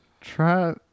Try